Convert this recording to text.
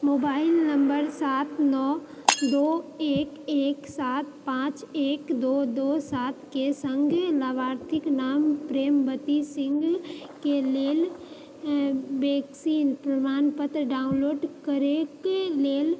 mobile number सात नओ दो एक एक सात पाँच एक दो दो सात के सङ्ग लाभार्थीके नाम प्रेमवती सिंह के लेल वैक्सीनके प्रमाणपत्र डाउनलोड करैक लेल